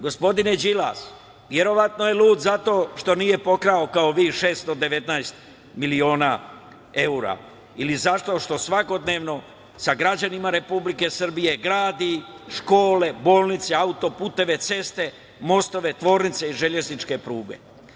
Gospodine Đilas, verovatno je lud zato što nije pokrao kao vi 619 miliona evra ili zato što svakodnevno sa građanima Republike Srbije gradi škole, bolnice, autoputeve, ceste, mostove, tvornice, železničke pruge.